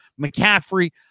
McCaffrey